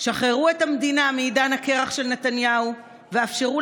שחררו את המדינה מעידן הקרח של נתניהו ואפשרו